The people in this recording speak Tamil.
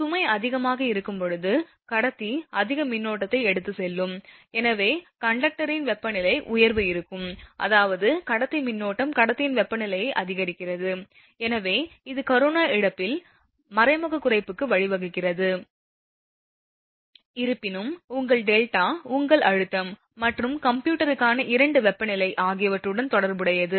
சுமை அதிகமாக இருக்கும்போது கடத்தி அதிக மின்னோட்டத்தை எடுத்துச் செல்லும் எனவே கண்டக்டரில் வெப்பநிலை உயர்வு இருக்கும் அதாவது கடத்தி மின்னோட்டம் கடத்தியின் வெப்பநிலையை அதிகரிக்கிறது எனவே இது கரோனா இழப்பில் மறைமுக குறைப்புக்கு வழிவகுக்கிறது இருப்பினும் உங்கள் டெல்டா உங்கள் அழுத்தம் மற்றும் கம்ப்யூட்டிங்கிற்கான இரண்டு வெப்பநிலை ஆகியவற்றுடன் தொடர்புடையது